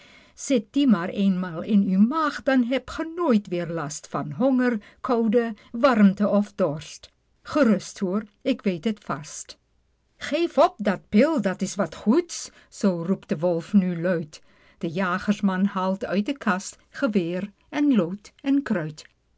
die maar eenmaal in uw maag dan hebt ge nooit meer last van honger koude warmte of dorst gerust hoor k weet het vast geef op die pil dat is wat goeds zoo roept de wolf nu luid de jagersman haalt uit de kast geweer en lood en